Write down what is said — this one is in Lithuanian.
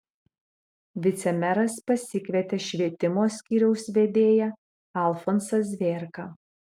vicemeras pasikvietė švietimo skyriaus vedėją alfonsą zvėrką